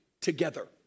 together